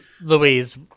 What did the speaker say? Louise